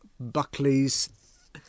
Buckley's